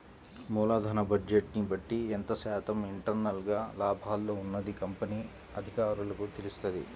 మూలధన బడ్జెట్ని బట్టి ఎంత శాతం ఇంటర్నల్ గా లాభాల్లో ఉన్నది కంపెనీ అధికారులకు తెలుత్తది